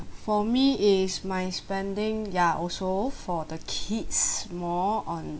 for me is my spending ya also for the kids more on